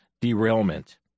derailment